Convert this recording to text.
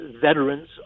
veterans